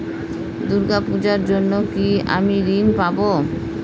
দূর্গা পূজার জন্য কি আমি ঋণ পাবো?